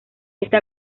este